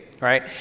right